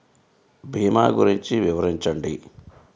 భీమా గురించి వివరించండి?